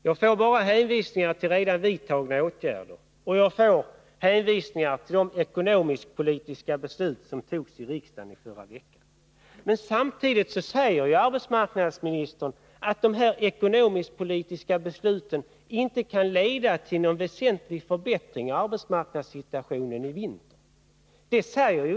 Jag får bara hänvisningar till redan vidtagna åtgärder och till de ekonomisk-politiska beslut som fattades i riksdagen förra veckan. Men samtidigt säger arbetsmarknadsministern de facto att dessa ekonomiskpolitiska beslut inte kan leda till någon väsentlig förbättring av arbetsmarknadssituationen i vinter.